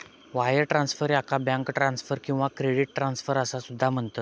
wire transfer, याका bank transfer किंवा credit transfer असा सुद्धा म्हणतत